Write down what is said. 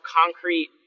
concrete –